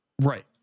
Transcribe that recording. Right